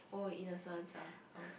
oh innocence ah I would say